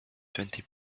twenty